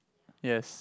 yes